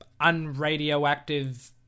unradioactive